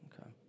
Okay